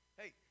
Hey